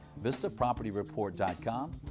vistapropertyreport.com